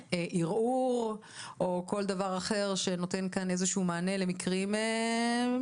ערעור א כל דבר אחר שנותן כאן איזה שהוא מענה למנקרים ספציפיים,